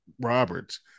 Roberts